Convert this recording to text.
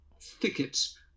thickets